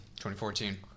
2014